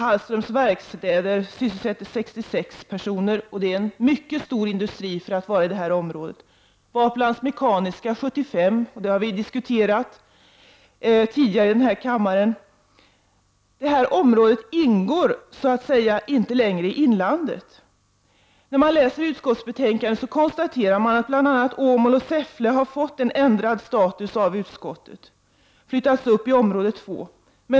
Hallströms verkstäder, som är en mycket stor industri för att vara i detta område, sysselsätter där 66 personer. Vaplans mekaniska, som vi har diskuterat tidigare här i kammaren, sysselsätter 75 personer. Detta område ingår så att säga inte längre i inlandet. När man läser utskottsbetänkandet kan man konstatera att bl.a. Åmål och Säffle av utskottet har fått en ändrad status i och med att de har flyttats upp i område 2.